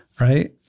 Right